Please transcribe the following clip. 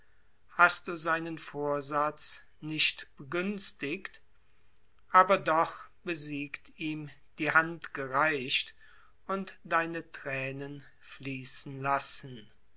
hast du seinen vorsatz nicht begünstigt aber doch besiegt ihm die hand gereicht und deine thränen fließen lassen